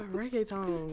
reggaeton